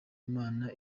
imana